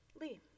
Lee